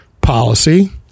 policy